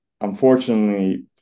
unfortunately